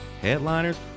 headliners